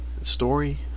Story